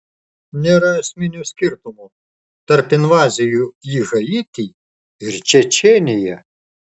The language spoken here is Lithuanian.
nėra esminio skirtumo tarp invazijų į haitį ir čečėniją